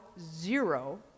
zero